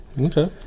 okay